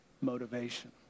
Motivation